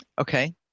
Okay